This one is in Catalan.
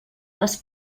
les